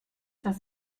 das